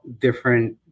different